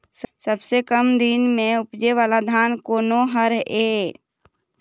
सबसे कम दिन म उपजे वाला धान कोन हर ये?